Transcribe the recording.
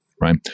right